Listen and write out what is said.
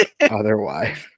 otherwise